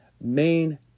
main